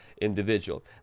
individual